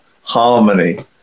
harmony